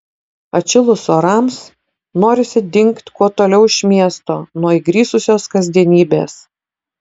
atšilus orams norisi dingt kuo toliau iš miesto nuo įgrisusios kasdienybės